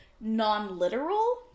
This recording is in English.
non-literal